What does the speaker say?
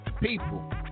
people